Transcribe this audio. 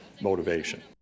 motivation